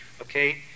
okay